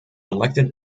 elected